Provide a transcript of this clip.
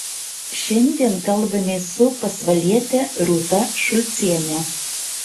šiandien kalbamės su pasvaliete rūta šulciene